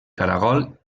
caragol